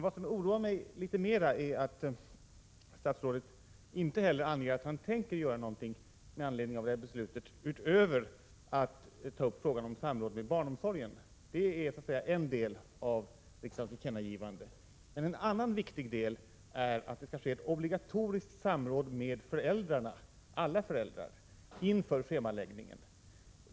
Vad som oroar mig mycket mera är att statsrådet inte heller anger att han tänker göra någonting med anledning av beslutet utöver att ta upp frågan om samråd med barnomsorgen. Det är alltså en del av riksdagens tillkännagivande, men en annan viktig del är att det skall ske ett obligatoriskt samråd med alla föräldrar inför schemaläggningen.